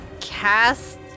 cast